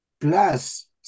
plus